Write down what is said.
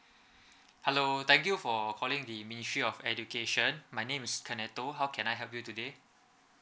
hello thank you for calling the ministry of education my name is canato how can I help you today